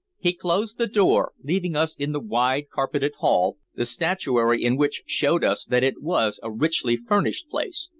he closed the door, leaving us in the wide carpeted hall, the statuary in which showed us that it was a richly-furnished place,